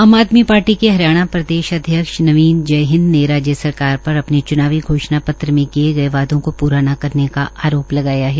आम आदमी पार्टी के हरियाणा प्रदेश अध्यक्ष नवीन जयहिंद ने राज्य सरकार पर अपने चूनावी घोषणा पत्र में किए गए वायदों को पूरा ने करने का आरोप लगाया है